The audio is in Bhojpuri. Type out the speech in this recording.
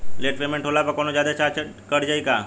लेट पेमेंट होला पर कौनोजादे चार्ज कट जायी का?